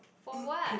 for what